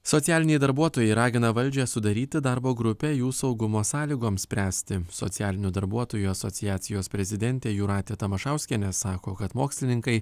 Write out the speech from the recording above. socialiniai darbuotojai ragina valdžią sudaryti darbo grupę jų saugumo sąlygoms spręsti socialinių darbuotojų asociacijos prezidentė jūratė tamašauskienė sako kad mokslininkai